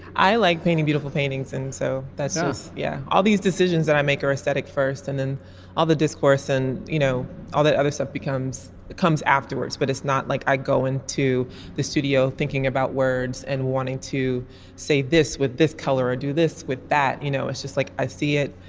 i like painting beautiful paintings and so that's yeah. all these decisions that i make her aesthetic first and then all the discourse and you know all that other stuff becomes comes afterwards. but it's not like i go in to the studio thinking about words and wanting to say this with this color i do this with that you know it's just like i see it.